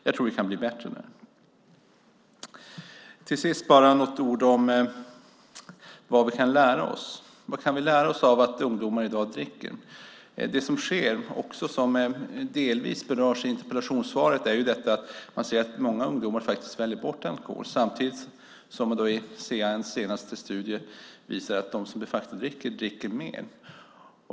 Jag tror att vi kan bli bättre där. Till sist bara några ord om vad vi kan lära oss. Vad kan vi lära oss av att ungdomar i dag dricker? Det som delvis berörs i interpellationssvaret är att man ser att många ungdomar faktiskt väljer bort alkohol. Samtidigt visar CAN:s senaste studie att de som de facto dricker alkohol dricker mer.